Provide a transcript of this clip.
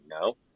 no